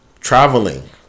traveling